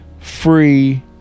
free